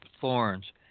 thorns